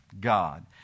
God